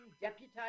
deputized